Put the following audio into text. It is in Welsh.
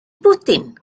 bwdin